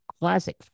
classic